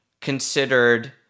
considered